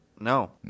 No